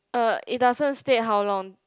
uh it doesn't state how long